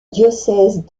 diocèse